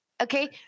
okay